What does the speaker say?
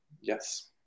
yes